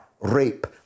rape